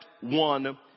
one